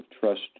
Trust